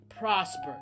prosper